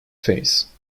face